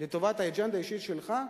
לטובת האג'נדה האישית שלך,